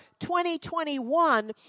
2021